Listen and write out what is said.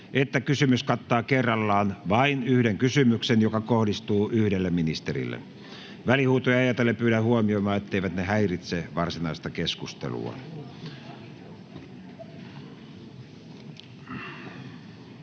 että kysymys kattaa kerrallaan vain yhden kysymyksen, joka kohdistuu yhdelle ministerille. Välihuutoja ajatellen pyydän huomioimaan, etteivät ne häiritse varsinaista keskustelua.